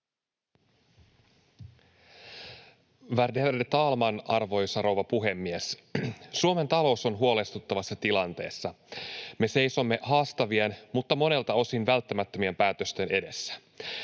Värderade talman, arvoisa rouva puhemies! Suomen talous on huolestuttavassa tilanteessa. Me seisomme haastavien mutta monelta osin välttämättömien päätösten edessä.